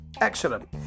Excellent